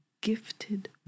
gifted